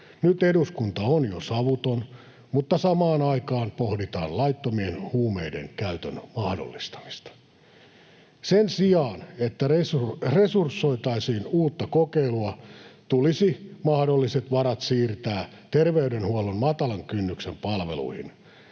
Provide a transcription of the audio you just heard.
Nyt eduskunta on jo savuton, mutta samaan aikaan pohditaan laittomien huumeiden käytön mahdollistamista. Sen sijaan, että resursoitaisiin uutta kokeilua, tulisi mahdolliset varat siirtää terveydenhuollon matalan kynnyksen palveluihin.